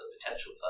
potential